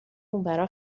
اونورا